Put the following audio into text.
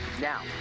Now